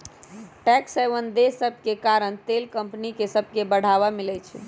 tax haven देश सभके कारण तेल कंपनि सभके बढ़वा मिलइ छै